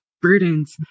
burdens